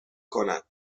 کند